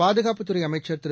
பாதுகாப்புத் துறை அமைச்சர் திரு